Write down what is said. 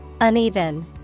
Uneven